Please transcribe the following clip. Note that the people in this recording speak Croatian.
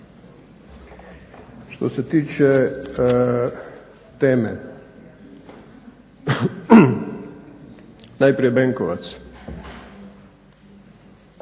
Što se tiče teme, najprije Benkovac.